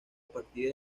partida